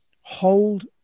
hold